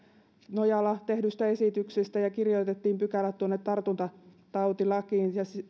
nojalla tehdystä esityksestä ja kirjoitettiin pykälät tartuntatautilakiin ja